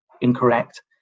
incorrect